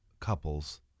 couples